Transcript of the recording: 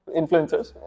influencers